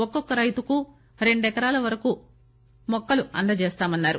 ఒక్కోరైతుకు రెండు ఎకరాల వరకు మొక్కలు అందజేస్తామన్నారు